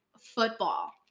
football